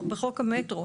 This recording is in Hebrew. בחוק המטרו,